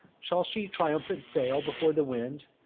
shall she triumphant sail before the wind,